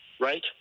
right